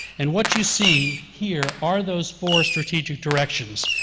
and what you see here are those four strategic directions.